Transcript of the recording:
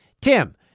Tim